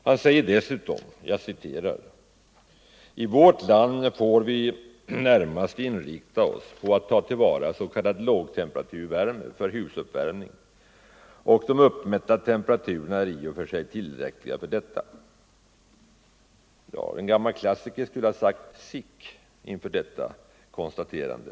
Han säger dessutom: ”I vårt land får vi närmast inrikta oss på att ta till vara s.k. lågtemperaturvärme för husuppvärmning, och de uppmätta temperaturerna är i och för sig tillräckliga för detta.” En gammal klassiker skulle ha sagt: ”Sic!” inför detta konstaterande.